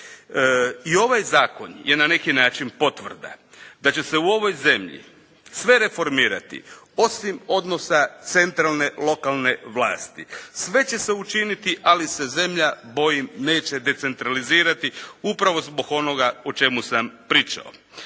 I ovaj Zakon je na neki način potvrda da će se u ovoj zemlji sve reformirati, osim odnosa centralne lokalne vlasti, sve će se učiniti ali se zemlja bojim neće decentralizirati upravo zbog onoga o čemu sam pričao.